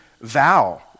vow